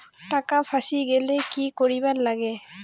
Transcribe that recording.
টাকা ফাঁসি গেলে কি করিবার লাগে?